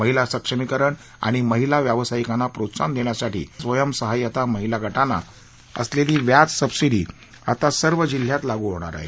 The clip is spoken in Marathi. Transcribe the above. महिला सक्षमीकरण आणि महिला व्यावसायिकांना प्रोत्साहन देण्यासाठी महिला स्वयंसहाय्यता गटांना असलेली व्याज सबसिडी आता सर्व जिल्ह्यात लागू होणार आहे